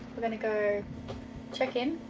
we're gonna go check in